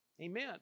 Amen